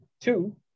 Two